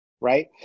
right